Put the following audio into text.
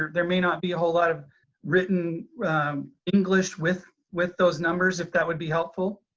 there may not be a whole lot of written english with with those numbers if that would be helpful.